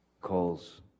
calls